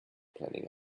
planning